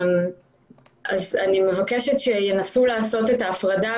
אני מבקשת שינסו לעשות את ההפרדה,